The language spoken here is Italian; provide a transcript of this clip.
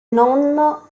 nonno